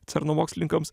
cerno mokslininkams